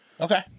Okay